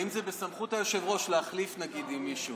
האם זה בסמכות היושב-ראש להחליף, נניח, עם מישהו?